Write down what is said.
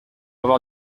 avoir